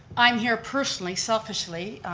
i'm here personally, selfishly,